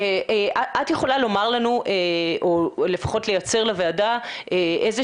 את יכולה לומר לנו או לפחות לייצר לוועדה איזה